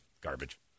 garbage